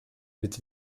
mit